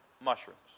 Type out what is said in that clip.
mushrooms